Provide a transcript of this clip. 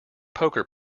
poker